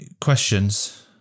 Questions